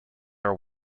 are